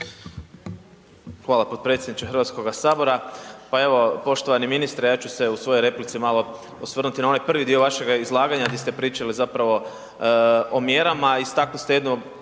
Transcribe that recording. sabora. Potpredsjedniče Hrvatskoga sabora. Pa evo poštovani ministre, ja ću se u svojoj replici malo osvrnuti na onaj prvi dio vašega izlaganja gdje ste pričali o mjerama